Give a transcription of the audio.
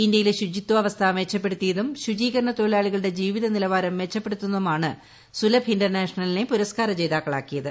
ഇന്ത്യയിലെ ശുചിത്വാവസ്ഥ മെച്ചപ്പെടുത്തിയതും തൊഴിലാളികളുടെ ശുചീകരണ ജീവിത നിലവാരം മെച്ചപ്പെടുത്തുന്നതിനുമായാണ് സുലഭ് ഇന്റർനാഷണലിനെ പുരസ്കാര ജേതാക്കളാക്കിയത്